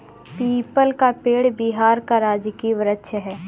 people का पेड़ बिहार का राजकीय वृक्ष है